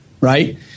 Right